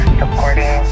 supporting